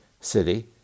city